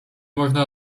można